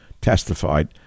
testified